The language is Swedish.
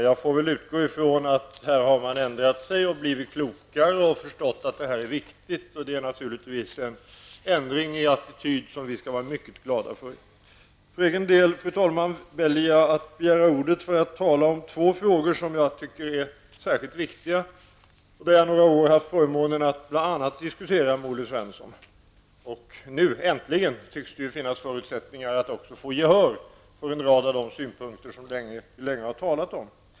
Jag får väl utgå ifrån att man har ändrat sig och blivit klokare och förstått att det här är viktigt. Det är naturligtvis en ändring i attityd som vi skall vara mycket glada för. För egen del, fru talman, väljer jag att begära ordet för att tala om två frågor som jag tycker är särskilt viktiga och som jag några år haft förmånen att diskutera med bl.a. Olle Svensson. Nu äntligen tycks det ju finnas förutsättningar att också få gehör för en rad av de synpunkter som vi länge har talat om.